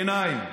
גנאים,